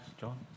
John